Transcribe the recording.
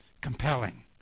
compelling